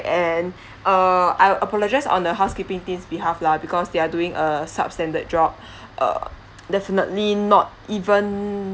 and err I'll apologise on the housekeeping team's behalf lah because they are doing a substandard job uh definitely not even